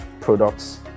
products